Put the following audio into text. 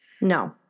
No